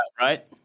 right